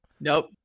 Nope